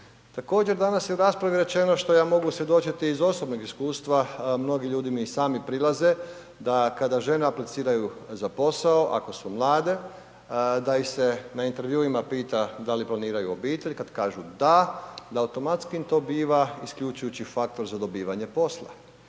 Također, danas je u raspravi rečeno što ja mogu svjedočiti iz osobnog iskustva, mnogi ljudi mi i sami prilaze, da kada žene apliciraju za posao, ako su mlade, da ih se na intervjuima pita da li planiraju obitelj, kad kažu „da“, da automatski im to biva isključujući faktor za dobivanje posla.